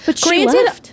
granted